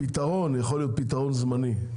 הפתרון יכול להיות פתרון זמני.